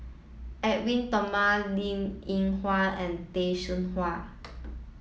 Edwin Thumboo Linn In Hua and Tay Seow Huah